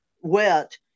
wet